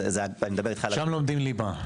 שם לומדים ליבה.